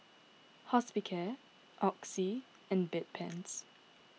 Hospicare Oxy and Bedpans